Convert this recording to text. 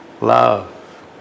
love